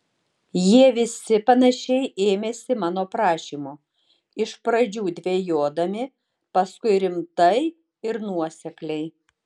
jie visi panašiai ėmėsi mano prašymo iš pradžių dvejodami paskui rimtai ir nuosekliai